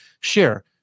share